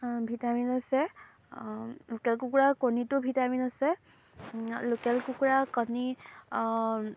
vitamin আছে local কুকুৰাৰ কণীটো ভিটামিন আছে লোকেল কুকুৰা কণী